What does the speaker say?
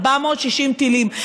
460 טילים.